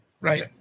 Right